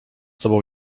tobą